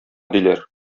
диләр